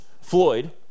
Floyd